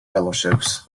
fellowships